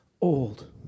old